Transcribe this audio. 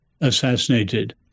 assassinated